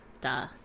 duh